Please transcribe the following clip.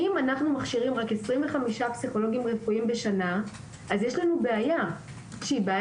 אם אנחנו מכשירים רק 25 פסיכולוגים רפואיים בשנה אז יש לנו בעיה בהכשרה.